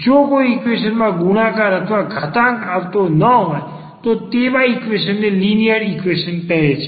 જો કોઈ ઈક્વેશન માં ગુણાકાર અથવા ઘાતાંક આવતો ન હોય તો તેવા ઈક્વેશન ને લિનિયર ઈક્વેશન કહે છે